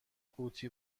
قوطی